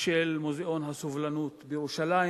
של מוזיאון הסובלנות בירושלים.